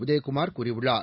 உதயகுமார் கூறியுள்ளார்